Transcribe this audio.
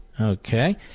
Okay